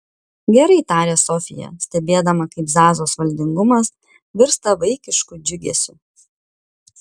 gerai tarė sofija stebėdama kaip zazos valdingumas virsta vaikišku džiugesiu